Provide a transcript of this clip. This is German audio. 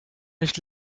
nicht